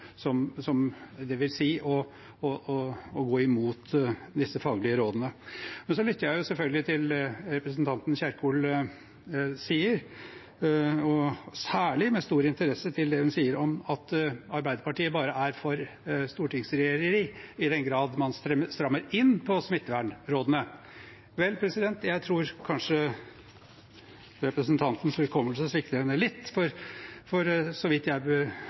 å gå imot disse faglige rådene. Jeg lytter selvfølgelig til det representanten Kjerkol sier, og særlig med stor interesse til det hun sier om at Arbeiderpartiet bare er for stortingsregjereri i den grad man strammer inn på smittevernrådene. Jeg tror kanskje representantens hukommelse svikter henne litt, for så vidt jeg